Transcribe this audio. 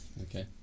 Okay